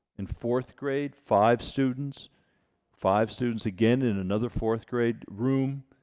and fourth grade five students five students again in another fourth-grade room